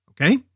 Okay